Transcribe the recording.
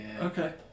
Okay